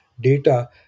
data